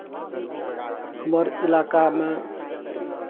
हमर इलाकामे